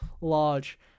large